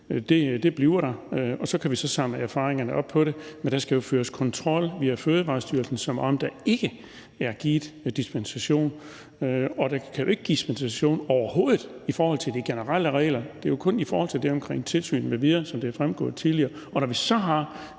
Det bliver der, og så kan vi så samle erfaringerne op på det område. Men der skal jo føres kontrol via Fødevarestyrelsen, som om der ikke er givet dispensation. Og der kan ikke gives dispensation overhovedet i forhold til de generelle regler – det er jo kun i forhold til det omkring tilsyn m.v., som det er fremgået tidligere. Og når vi så har